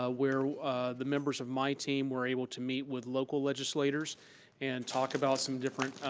ah where the members of my team were able to meet with local legislators and talk about some different